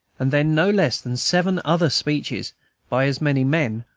and then no less than seven other speeches by as many men,